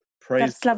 Praise